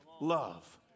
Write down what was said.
love